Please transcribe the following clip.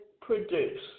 produce